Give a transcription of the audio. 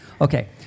okay